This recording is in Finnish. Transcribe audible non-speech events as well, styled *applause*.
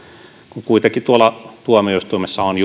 kun kuitenkin tuolla tuomioistuimessa on *unintelligible*